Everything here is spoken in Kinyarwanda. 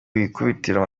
ikubitiro